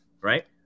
right